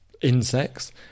insects